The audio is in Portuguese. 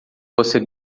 você